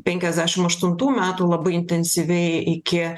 penkiasdešimt aštuntų metų labai intensyviai iki